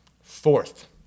Fourth